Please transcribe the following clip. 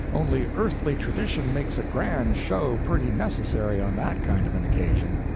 only earthly tradition makes a grand show pretty necessary on that kind of an occasion.